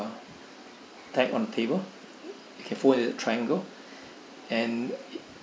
tag on the table you can fold a triangle and